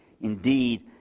indeed